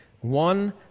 one